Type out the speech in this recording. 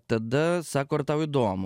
tada sako ar tau įdomu